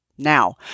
now